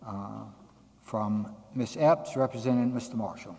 from mishaps representing mr marshall